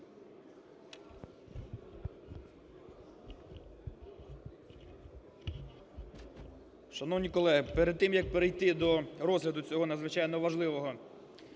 Шановні колеги, перед тим, як перейти до розгляду цього, надзвичайно важливого,